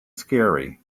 scary